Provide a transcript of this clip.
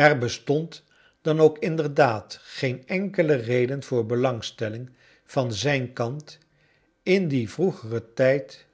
er bestond dan oak inderdaacl geen enkele reden voor belangstelling van zijn kant in dien vroegeren tijd